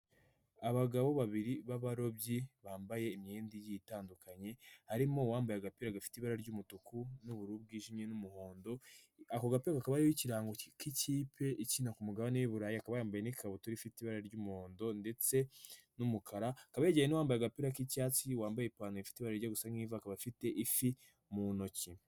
Abagabo babiri b'abarobyi bambaye imyenda igiye itandukanye, harimo uwambaye agapira gafite ibara ry'umutuku n'ubururu bwijimye n'umuhondo, ako gapira kakaba kariho ikirango k'ikipe ikina ku mugabane w'iburarayi, akaba yambaye n'ikabutura ifite ibara ry'umuhondo ndetse n'umukara, akaba yegeranye n'uwambaye agapira k'icyatsi wambaye ipantaro ifite ibara rijya gusa nk'ivu, akaba afite ifi mu ntoki.